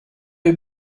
you